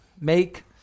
make